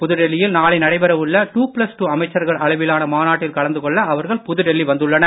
புதுடெல்லியில் நாளை நடைபெற உள்ள டூ ப்ளஸ் டூ அமைச்சர்கள் அளவிலான மாநாட்டில் கலந்துகொள்ள அவர்கள் புதுடெல்லி வந்துள்ளனர்